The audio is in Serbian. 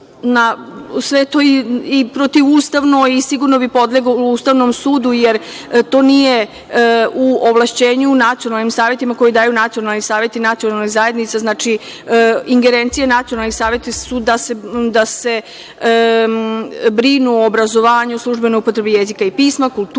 je to protivustavno i sigurno bi podleglo Ustavnom sudu, jer to nije u ovlašćenju nacionalnim savetima koji daju nacionalni saveti nacionalne zajednice. Znači, ingerencije nacionalnih saveta su da se brinu o obrazovanju, službene upotrebe jezika i pisma, kulturi,